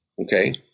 Okay